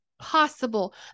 possible